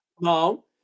no